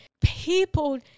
people